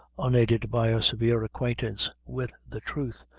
unaided by a severe acquaintance with the truth,